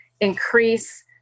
increase